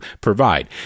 provide